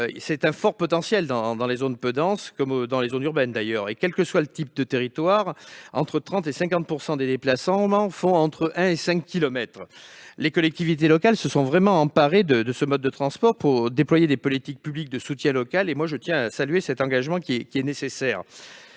qui a un fort potentiel, dans les zones peu denses comme dans les zones urbaines. Quel que soit le type de territoire, entre 30 % et 50 % des déplacements font entre 1 kilomètre et 5 kilomètres. Les collectivités locales se sont vraiment emparées de ce mode de transport pour déployer des politiques publiques de soutien local. Je tiens à saluer cet engagement, qui est nécessaire.